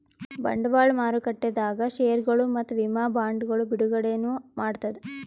ಬಂಡವಾಳ್ ಮಾರುಕಟ್ಟೆದಾಗ್ ಷೇರ್ಗೊಳ್ ಮತ್ತ್ ವಿಮಾ ಬಾಂಡ್ಗೊಳ್ ಬಿಡುಗಡೆನೂ ಮಾಡ್ತದ್